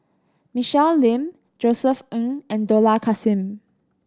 Michelle Lim Josef Ng and Dollah Kassim